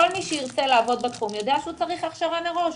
כל מי שירצה לעבוד בתחום יודע שהוא צריך הכשרה מראש.